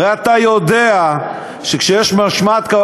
הרי אתה יודע שכשיש משמעת,